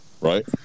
right